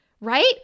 right